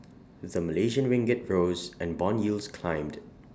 the Malaysian ringgit rose and Bond yields climbed